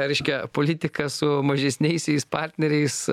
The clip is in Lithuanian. reiškia politiką su mažesniaisiais partneriais